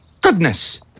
goodness